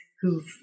who've